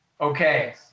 Okay